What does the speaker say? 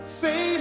say